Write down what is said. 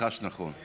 ניחשת נכון.